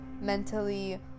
mentally